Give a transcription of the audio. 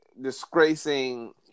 disgracing